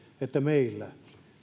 että meillä